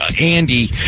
Andy